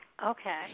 Okay